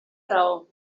raó